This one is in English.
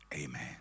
Amen